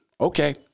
Okay